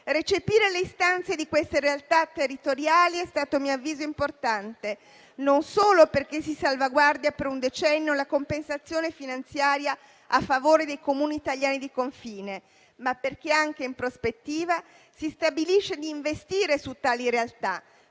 Recepire le istanze di queste realtà territoriali è stato a mio avviso importante, non solo perché si salvaguardia per un decennio la compensazione finanziaria a favore dei Comuni italiani di confine, ma perché anche in prospettiva si stabilisce di investire su tali realtà,